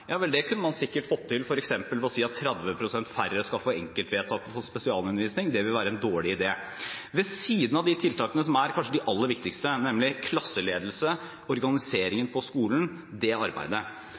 ja vel, det kunne man sikkert fått til, f.eks. ved å si at 30 pst. færre skal få enkeltvedtak om spesialundervisning – vil være en dårlig idé ved siden av de tiltakene som kanskje er de aller viktigste, nemlig klasseledelse